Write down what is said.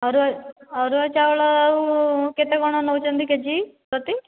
ଅରୁଆ ଅରୁଆ ଚାଉଳ ଆଉ କେତେ କ'ଣ ନେଉଛନ୍ତି କେ ଜି ପ୍ରତି